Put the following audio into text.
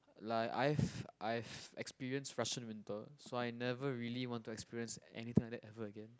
like I've I've experienced Russian winter so I never really want to experience anything like that ever again